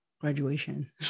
graduation